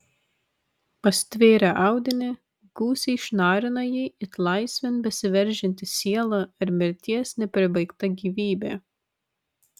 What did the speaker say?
pastvėrę audinį gūsiai šnarina jį it laisvėn besiveržianti siela ar mirties nepribaigta gyvybė